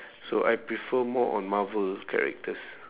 so I prefer more on marvel characters